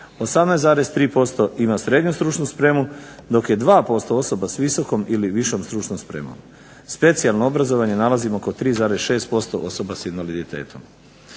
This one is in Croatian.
18,3% ima srednju stručnu spremu, dok je 2% osoba s visokom ili višom stručnom spremom. Specijalno obrazovanje nalazimo kod 3,6% osoba s invaliditetom.